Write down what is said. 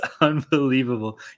unbelievable